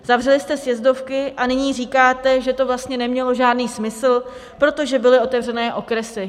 Zavřeli jste sjezdovky a nyní říkáte, že to vlastně nemělo žádný smysl, protože byly otevřené okresy.